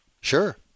Sure